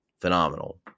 phenomenal